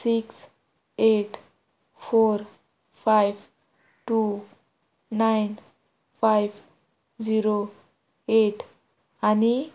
six eight four five two nine five zero eight आनी